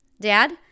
Dad